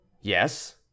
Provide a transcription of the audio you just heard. Yes